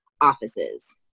offices